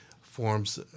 forms